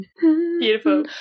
beautiful